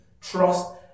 trust